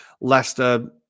Leicester